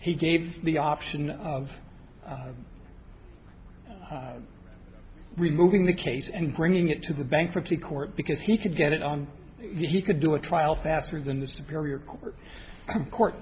he gave the option of removing the case and bringing it to the bankruptcy court because he could get it on he could do a trial faster than the superior court